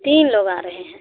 तीन लोग आ रहे हैं